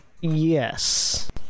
Yes